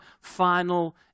final